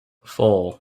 four